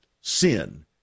sin